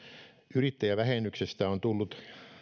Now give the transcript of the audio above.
yrittäjävähennyksestä on tullut